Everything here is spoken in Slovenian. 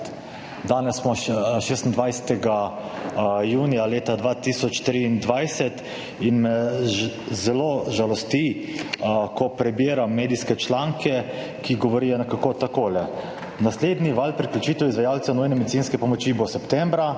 Danes je 26. junij 2023 in me zelo žalosti, ko prebiram medijske članke, ki govorijo nekako takole: Naslednji val priključitve izvajalcev nujne medicinske pomoči bo septembra,